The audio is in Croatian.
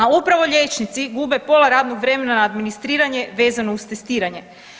A upravo liječnici gube pola radnog vremena na administriranje vezano uz testiranje.